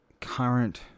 current